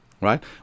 right